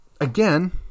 again